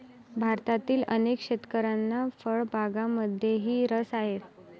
भारतातील अनेक शेतकऱ्यांना फळबागांमध्येही रस आहे